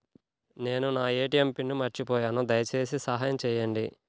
నేను నా ATM pin మర్చిపోయాను దయచేసి సహాయం చేయండి